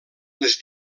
les